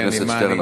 חבר הכנסת שטרן,